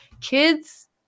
Kids